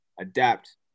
adapt